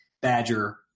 Badger